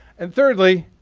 and thirdly,